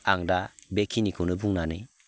आं दा बेखिनिखौनो बुंनानै